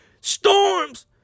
storms